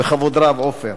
בכבוד רב, עופר."